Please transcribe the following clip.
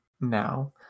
now